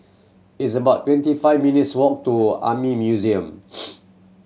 it's about twenty five minutes walk to Army Museum